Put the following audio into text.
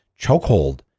chokehold